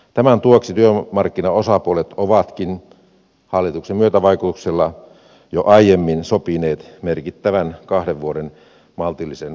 tämän vuoksi työmarkkinaosapuolet ovatkin hallituksen myötävaikutuksella jo aiemmin sopineet merkittävän kahden vuoden maltillisen palkkaratkaisun